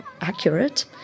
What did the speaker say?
accurate